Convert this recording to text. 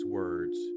words